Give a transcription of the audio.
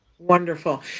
Wonderful